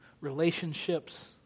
relationships